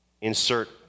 insert